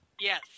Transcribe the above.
Yes